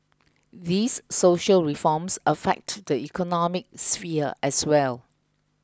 these social reforms affect the economic sphere as well